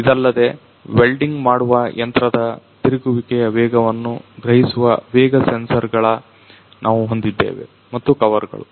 ಇದಲ್ಲದೆ ವೆಲ್ಡಿಂಗ್ ಮಾಡುವ ಯಂತ್ರದ ತಿರುಗುವಿಕೆಯ ವೇಗವನ್ನು ಗ್ರಹಿಸುವ ವೇಗ ಸೆನ್ಸರ್ ಗಳ ನಾವು ಹೊಂದಿದ್ದೇವೆ ಮತ್ತು ಕವರ್ ಗಳು